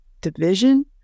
Division